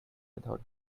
without